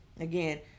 again